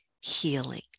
healing